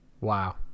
wow